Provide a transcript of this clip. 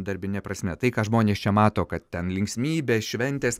darbine prasme tai ką žmonės čia mato kad ten linksmybės šventės